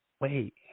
Wait